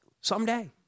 someday